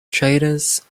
traders